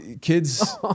kids